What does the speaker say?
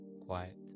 quiet